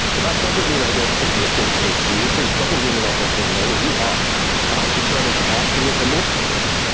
but doesn't mean i don't take the mistakes i made seriously. it doesn't mean we're not listening and learning. we are. and i'm determined to act to make the most of this,